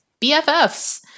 BFFs